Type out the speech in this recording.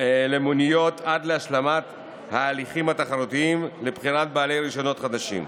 למוניות עד להשלמת ההליכים התחרותיים לבחירת בעלי רישיונות חדשים.